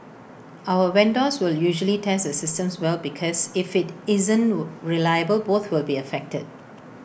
our vendors will usually tests systems well because if IT isn't will reliable both will be affected